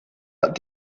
hat